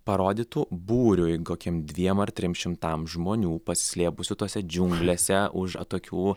parodytų būriui kokiem dviem ar trims šimtams žmonių pasislėpusių tose džiunglėse už atokių